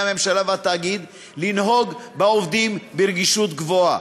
הממשלה והתאגיד לנהוג בעובדים ברגישות גבוהה,